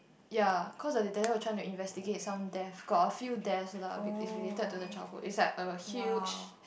ya cause the detective were trying to investigate some death cause a few death lah is related to the childhood is like our huge